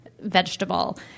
vegetable